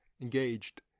engaged